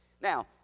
Now